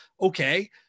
okay